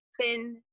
thin